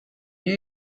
new